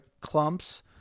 clumps